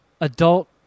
adult